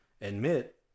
admit